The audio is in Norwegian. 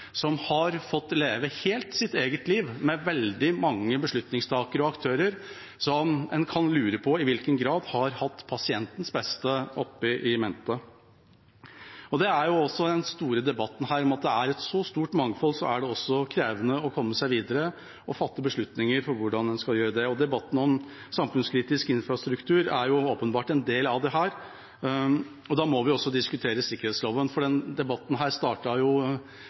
som helt har fått leve sitt eget liv med veldig mange beslutningstakere og aktører som en kan lure på i hvilken grad har hatt pasientens beste in mente. Det er den store debatten her: I og med at det er et så stort mangfold, er det også krevende å komme seg videre og fatte beslutninger for hvordan en skal gjøre det. Debatten om samfunnskritisk infrastruktur er åpenbart en del av dette, og da må vi også diskutere sikkerhetsloven, for denne debatten